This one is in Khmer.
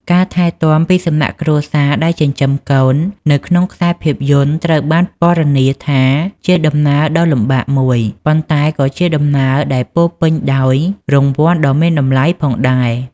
ការថែទាំពីសំណាក់គ្រួសារដែលចិញ្ចឹមកូន នៅក្នុងខ្សែភាពយន្តត្រូវបានពណ៌នាថាជាដំណើរដ៏លំបាកមួយ ប៉ុន្តែក៏ជាដំណើរដែលពោរពេញដោយរង្វាន់ដ៏មានតម្លៃផងដែរ។